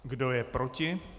Kdo je proti?